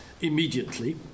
immediately